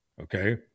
Okay